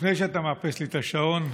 לפני שאתה מאפס לי את השעון,